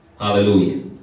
Hallelujah